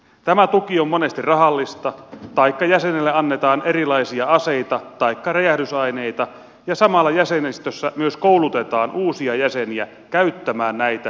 tämä tuki on monesti rahallista taikka jäsenelle annetaan erilaisia aseita taikka räjähdysaineita ja samalla jäsenistössä myös koulutetaan uusia jäseniä käyttämään näitä väkivallantekovälineitä